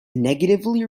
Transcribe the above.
negatively